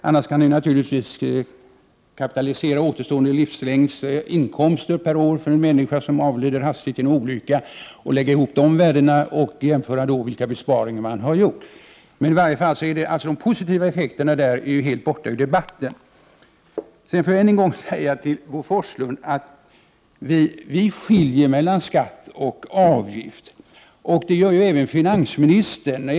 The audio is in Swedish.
Annars kan vi naturligtvis kapitalisera återstående livslängdsinkomster per år för en människa som avlider hastigt i en olycka och lägga ihop dem samt jämföra vilka besparingar som gjorts. De positiva effekterna i den delen är ju helt borta ur debatten. Jag vill än en gång säga till Bo Forslund att vi skiljer mellan skatt och avgift. Det gör även finansministern.